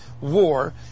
war